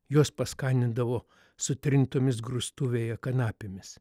juos paskanindavo sutrintomis grūstuvėje kanapėmis